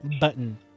button